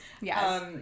Yes